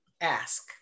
Ask